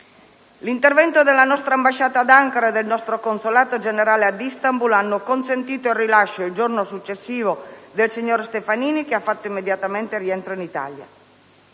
L'intervento della nostra ambasciata ad Ankara e del nostro consolato generale a Istanbul ha consentito il rilascio, il giorno successivo, del signor Stefanini, che ha fatto immediatamente rientro in Italia.